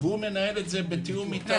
והוא מנהל את זה בתיאום אתנו.